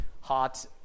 hot